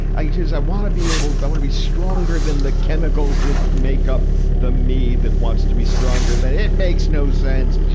i just, i want to be able to, i want to be stronger than the chemicals that make up the me that wants the be stronger than it makes no sense.